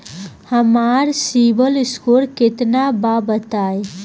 हमार सीबील स्कोर केतना बा बताईं?